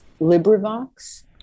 LibriVox